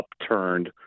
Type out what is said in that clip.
upturned